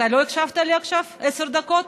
אתה לא הקשבת לי עכשיו עשר דקות?